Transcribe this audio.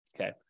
Okay